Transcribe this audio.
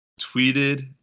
tweeted